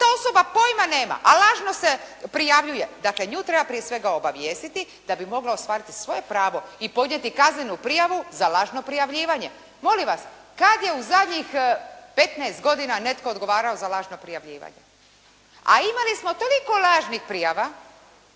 ta osoba pojma nema a lažno se prijavljuje. Dakle, nju treba prije svega obavijestiti da bi mogao ostvariti svoje pravo i podnijeti kaznenu prijavu za lažno prijavljivanje. Molim vas, kad je u zadnjih petnaest godina netko odgovarao za lažno prijavljivanje a imali smo toliko lažnih prijava